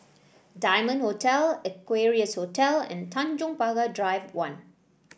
Diamond Hotel Equarius Hotel and Tanjong Pagar Drive One